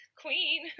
queen